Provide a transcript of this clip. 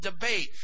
debate